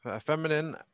feminine